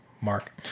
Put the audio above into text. mark